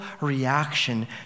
reaction